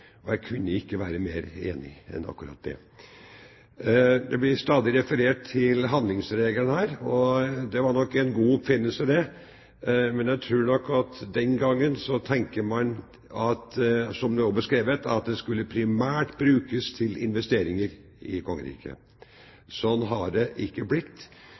Jeg kunne ikke vært mer enig enn i akkurat det. Det blir stadig referert til handlingsregelen her. Det var nok en god oppfinnelse, men jeg tror nok at den gangen tenkte man – som det også er beskrevet – at den primært skulle brukes til investeringer i kongeriket. Slik har det ikke blitt.